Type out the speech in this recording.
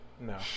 No